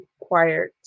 required